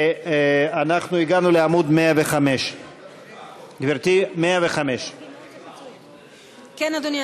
ואנחנו הגענו לעמוד 105. גברתי, 105. כן, אדוני.